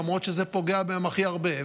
למרות שזה פוגע בהם הכי הרבה.